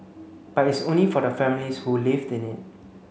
but it's only for the families who live in it